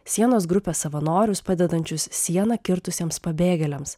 sienos grupės savanorius padedančius sieną kirtusiems pabėgėliams